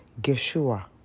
Geshua